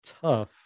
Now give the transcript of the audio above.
tough